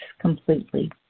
completely